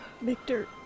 Victor